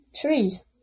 Trees